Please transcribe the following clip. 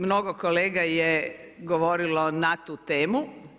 Mnogo kolega je govorilo na tu temu.